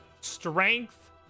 strength